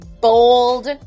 bold